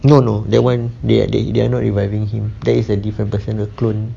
no no that [one] they they they are not reviving him there is a different personal clone